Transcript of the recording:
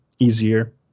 easier